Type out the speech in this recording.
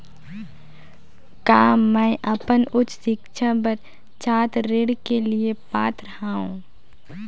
का मैं अपन उच्च शिक्षा बर छात्र ऋण के लिए पात्र हंव?